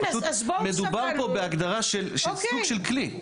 זה פשוט, מדובר פה בהגדרה של סוג של כלי.